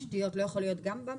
תשתיות לא יכול להיות גם במפרים?